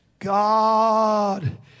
God